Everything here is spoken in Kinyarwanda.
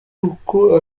uko